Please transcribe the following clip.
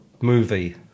movie